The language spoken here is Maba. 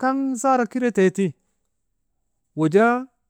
kaŋ zaara kireeti wujaa.